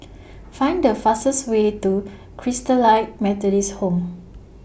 Find The fastest Way to Christalite Methodist Home